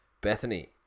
Bethany